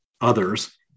others